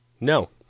No